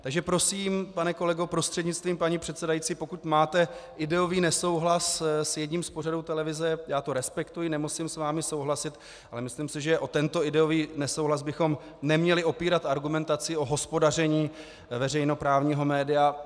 Takže prosím, pane kolego prostřednictvím paní předsedající, pokud máte ideový nesouhlas s jedním z pořadů televize, já to respektuji, nemusím s vámi souhlasit, ale myslím si, že o tento ideový nesouhlas bychom neměli opírat argumentaci o hospodaření veřejnoprávního média.